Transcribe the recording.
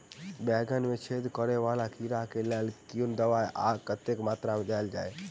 बैंगन मे छेद कराए वला कीड़ा केँ लेल केँ कुन दवाई आ कतेक मात्रा मे देल जाए?